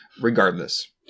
regardless